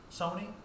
Sony